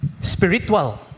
Spiritual